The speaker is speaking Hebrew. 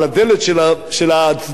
על הדלת של ההצדקות,